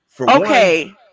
Okay